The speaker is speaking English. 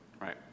Right